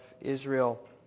Israel